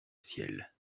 ciel